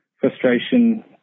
frustration